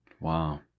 Wow